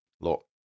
look